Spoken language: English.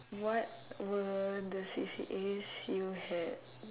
what were the C_C_As you had